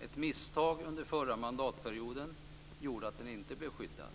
Ett misstag under den förra mandatperioden gjorde att den inte blev skyddad.